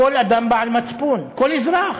כל אדם בעל מצפון, כל אזרח,